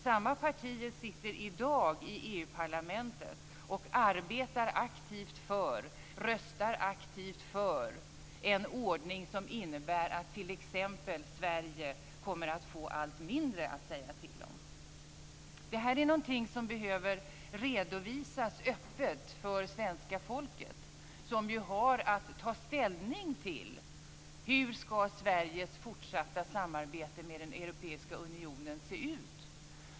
Samma partier sitter i dag i EU-parlamentet och arbetar aktivt för och röstar aktivt för en ordning som innebär att t.ex. Sverige kommer att få allt mindre att säga till om. Det här är någonting som behöver redovisas öppet för svenska folket, som ju har att ta ställning till hur Sveriges fortsatta samarbete med den europeiska unionen ska se ut.